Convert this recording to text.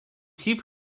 hip